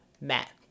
Matt